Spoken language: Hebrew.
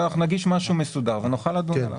אנחנו נגיש משהו מסודר ונוכל לדון עליו.